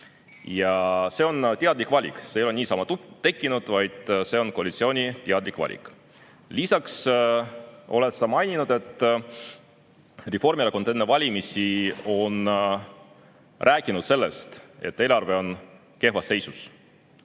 See on teadlik valik. See ei ole niisama tekkinud, vaid see on koalitsiooni teadlik valik. Lisaks mainisid sa, et Reformierakond on enne valimisi rääkinud sellest, et eelarve on kehvas seisus.